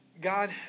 God